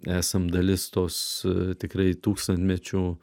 esam dalis tos tikrai tūkstantmečių